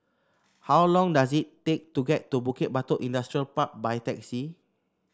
how long does it take to get to Bukit Batok Industrial Park by taxi